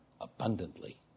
abundantly